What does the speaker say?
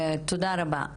תודה רבה.